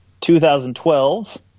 2012